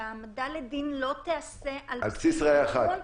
שההעמדה לדין לא תיעשה על בסיס איכון -- לא על בסיס ראיה אחת.